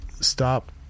stop